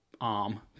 arm